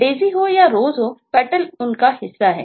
Daisy हो या Rose हो Petal उनका हिस्सा हैं